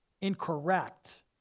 incorrect